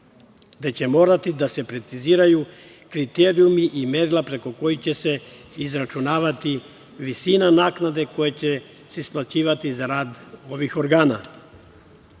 gde će morati da se preciziraju kriterijumi i merila preko kojih će se izračunavati visina naknade koja će se isplaćivati za rad ovih